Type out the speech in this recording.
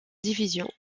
division